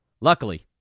Luckily